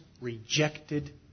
rejected